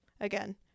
Again